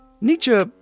Nietzsche